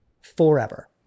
forever